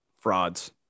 frauds